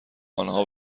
آنها